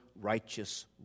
righteous